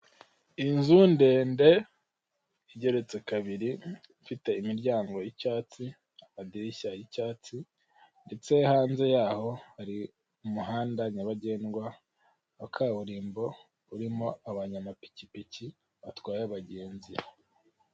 Inzu ndende, igeretse kabiri, ifite imiryango y'icyatsi, amadirishya y'icyatsi, ndetse hanze yaho hari umuhanda nyabagendwa, wa kaburimbo, urimo abanyamapikipiki, batwaye abagenzi.